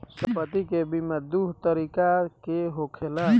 सम्पति के बीमा दू तरह के होखेला